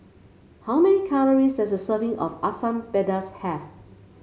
how many calories does a serving of Asam Pedas have